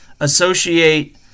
associate